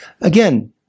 Again